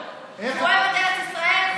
שהוא אוהב את ארץ ישראל?